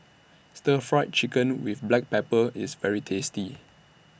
Stir Fry Chicken with Black Pepper IS very tasty